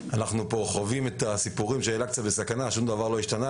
שום דבר לא השתנה.